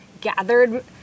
gathered